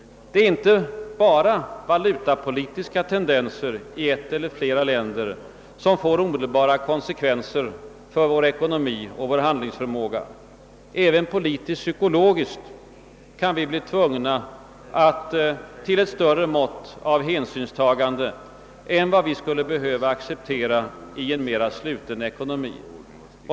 Det är inte bara valutapolitiska tendenser i ett eller flera länder som får omedelbara konsekvenser för vår ekonomi och vår handlingsförmåga; även = politisk-psykologiskt kan vi bli tvungna till ett större mått av hänsynstagande än vi skulle behöva acceptera i en mera sluten ekonomi.